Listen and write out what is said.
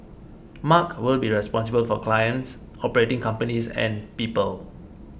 mark will be responsible for clients operating companies and people